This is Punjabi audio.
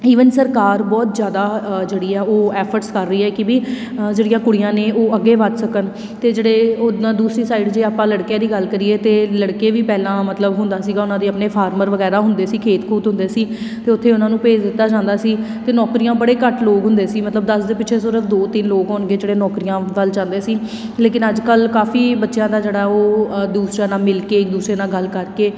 ਈਵਨ ਸਰਕਾਰ ਬਹੁਤ ਜ਼ਿਆਦਾ ਅ ਜਿਹੜੀ ਆ ਉਹ ਐਫਰਟਸ ਚੱਲ ਰਹੀ ਹੈ ਕਿ ਵੀ ਜਿਹੜੀਆਂ ਕੁੜੀਆਂ ਨੇ ਉਹ ਅੱਗੇ ਵੱਧ ਸਕਣ ਤੇ ਜਿਹੜੇ ਓਦਾਂ ਦੂਸਰੀ ਸਾਈਡ ਜੇ ਆਪਾਂ ਲੜਕਿਆਂ ਦੀ ਗੱਲ ਕਰੀਏ ਤਾਂ ਲੜਕੇ ਵੀ ਪਹਿਲਾਂ ਮਤਲਬ ਹੁੰਦਾ ਸੀਗਾ ਉਹਨਾਂ ਦੀ ਆਪਣੇ ਫਾਰਮਰ ਵਗੈਰਾ ਹੁੰਦੇ ਸੀ ਖੇਤ ਖੂਤ ਹੁੰਦੇ ਸੀ ਅਤੇ ਉੱਥੇ ਉਹਨਾਂ ਨੂੰ ਭੇਜ ਦਿੱਤਾ ਜਾਂਦਾ ਸੀ ਅਤੇ ਨੌਕਰੀਆਂ ਬੜੇ ਘੱਟ ਲੋਕ ਹੁੰਦੇ ਸੀ ਮਤਲਬ ਦਸ ਦੇ ਪਿੱਛੇ ਸਿਰਫ ਦੋ ਤਿੰਨ ਲੋਕ ਹੋਣਗੇ ਜਿਹੜੇ ਨੌਕਰੀਆਂ ਵੱਲ ਜਾਂਦੇ ਸੀ ਲੇਕਿਨ ਅੱਜ ਕੱਲ੍ਹ ਕਾਫੀ ਬੱਚਿਆਂ ਦਾ ਜਿਹੜਾ ਉਹ ਅ ਦੂਸਰਿਆਂ ਨਾਲ ਮਿਲ ਕੇ ਦੂਸਰੇ ਨਾਲ ਗੱਲ ਕਰਕੇ